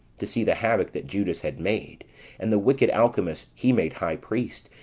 to see the havoc that judas had made and the wicked alcimus he made high priest,